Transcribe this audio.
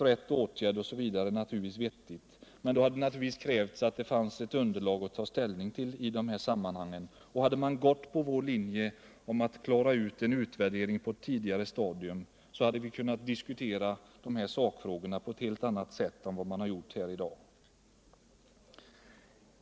rätt åtgärd osv. är naturligtvis vettigt. Men det krävs då att det finns ett underlag att ta ställning till i det här sammanhanget. Hade man gått på vår linje och gjort en utvärdering på ett tidigare stadium så hade vi kunnat diskutera sakfrågorna på et helt annat sätt än vad som skett här i dag.